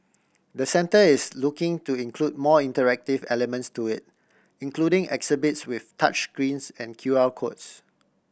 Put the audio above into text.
the centre is looking to include more interactive elements to it including exhibits with touch greens and Q R codes